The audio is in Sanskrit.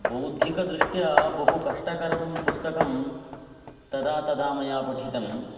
बौद्धिकदृष्ट्या बहुकष्टकरं पुस्तकं तदा तदा मया पठितं